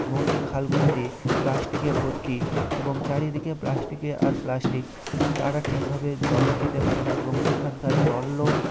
নদী খালগুলিতে প্লাস্টিকে ভর্তি এবং চারিদিকে প্লাস্টিকে আর প্লাস্টিক তারা ঠিকভাবে জলও খেতে পারে না এবং সেখানকার জলও